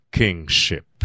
kingship